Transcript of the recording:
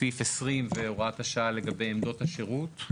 סעיף 20 והוראת השעה לגבי עמדות השירות.